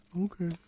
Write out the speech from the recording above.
Okay